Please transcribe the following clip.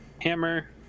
hammer